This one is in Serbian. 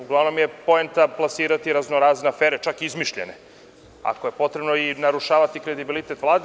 Uglavnom je poenta plasirati raznorazne afere, čak izmišljene, ako je potrebno i narušavati kredibilitet Vlade.